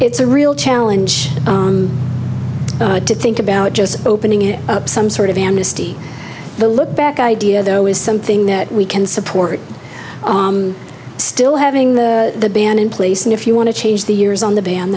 it's a real challenge to think about just opening it up some sort of amnesty the look back idea though is something that we can support still having the ban in place and if you want to change the years on the ban